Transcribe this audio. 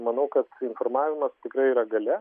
manau kad informavimas tikrai yra galia